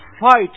fight